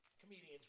comedians